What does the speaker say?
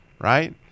right